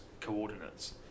coordinates